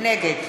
נגד